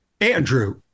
Andrew